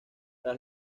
tras